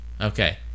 Okay